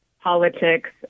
politics